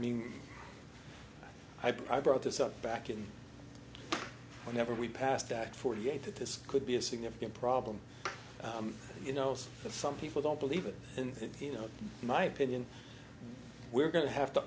mean i brought this up back in whenever we passed that forty eight that this could be a significant problem you know some people don't believe it and you know my opinion we're going to have to